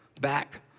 back